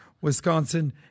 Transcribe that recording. Wisconsin